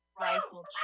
rifle